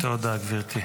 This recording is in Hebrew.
תודה, גברתי.